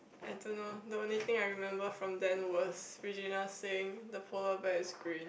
I don't know the only thing I remember from Dan was the Regina said the polar bear is green